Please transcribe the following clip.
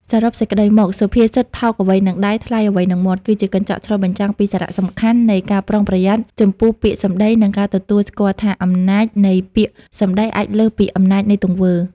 សរុបសេចក្ដីមក សុភាសិត "ថោកអ្វីនឹងដៃ ថ្លៃអ្វីនឹងមាត់" គឺជាកញ្ចក់ឆ្លុះបញ្ចាំងពីសារៈសំខាន់នៃ ការប្រុងប្រយ័ត្នចំពោះពាក្យសម្ដី និងការទទួលស្គាល់ថា អំណាចនៃពាក្យសម្ដីអាចលើសពីអំណាចនៃទង្វើ។